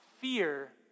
fear